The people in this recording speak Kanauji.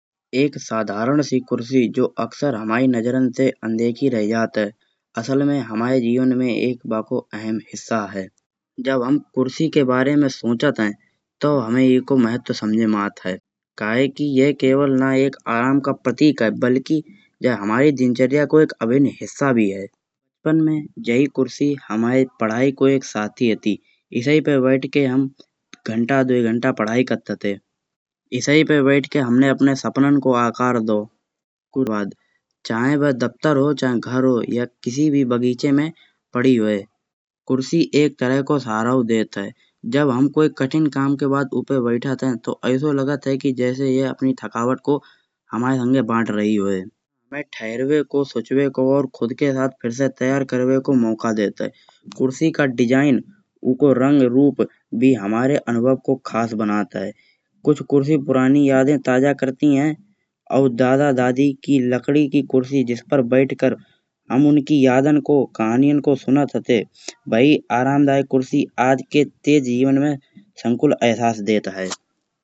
एक साधारण सी कुर्सी जो अक्सर हमाय नजरन से अनदेखी रह जाती है। असल में हमाए जीवन में एक बाकों अहम हिस्सा है। जब हम कुर्सी के बारे में सोचता है तो हुमे एकहु महत्व समझ में आत है। कहे की ये केवल ना एक आराम का प्रतीक है बलकि जे हम्ये को अभिन हिस्सा भी है। बचपन में जे ही कुर्सी हमाई पढाई को एक साथी हाती इसाई पे बैठ के हम घंटा दो घंटा पढाई कट्त हाते इसाई पे बैठ के हुमने अपने सपनन को आकार दाओ। चाहे वह दफ्तर हो चाहे घर हो या किसी भी बगीचे में पड़ी होये। कुर्सी एक तरह को सहारा देता है, जब हम कोई कठिन काम के बाद उपे बैठत है तो ऐसो लागत है। कि जैसे कि ये अपनी थकावट को हमाए संगे बांट रही होये। वह थरवे को सोचवे को और खुद के साथ तैयार करवे को मौका देता है कुर्सी का डिज़ाइन उको रंग रूप हमारे अनुभव को खास बनात है। कुछ कुर्सी पुरानी यादें ताज़ा करती है और दादा दादी की लकड़ी की कुर्सी। जिसपे बैठकर हम उनकी यादन को कहानियन को सुनत हाते बई आरामदायक कुर्सी आज तक के जीवन में संकुल अहसास देत है।